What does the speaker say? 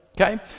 Okay